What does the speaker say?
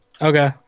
Okay